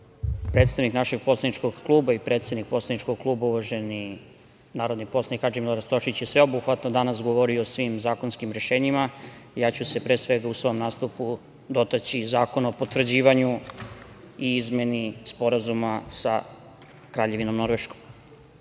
predstavnik našeg poslaničkog kluba i predsednik poslaničkog kluba uvaženi narodni poslanik Hadži Milorad Stošić je sveobuhvatno danas govorio o svim zakonskim rešenjima a ja ću se, pre svega, u svom nastupu dotaći Zakona o potvrđivanju i izmeni Sporazuma sa Kraljevinom Norveškom. Najpre